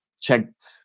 checked